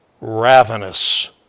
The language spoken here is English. ravenous